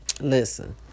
Listen